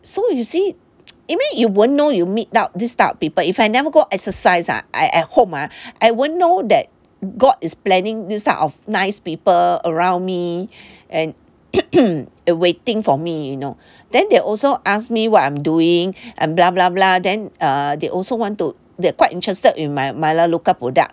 so you see you mean you won't know you meet 到 this type of people if I never go exercise ah I at home ah I I wouldn't know that god is planning these kind of nice people around me and and waiting for me you know then they also asked me what I am doing and blah blah blah then err they also want to they quite interested in my Melaleuca product